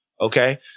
Okay